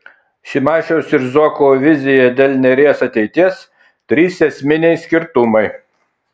šimašiaus ir zuoko vizija dėl neries ateities trys esminiai skirtumai